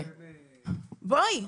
בואי,